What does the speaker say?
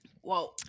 Whoa